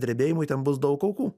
drebėjimui ten bus daug aukų